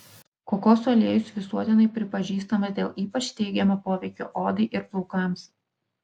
kokosų aliejus visuotinai pripažįstamas dėl ypač teigiamo poveikio odai ir plaukams